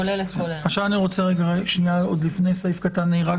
עוד לפני סעיף קטן (ה),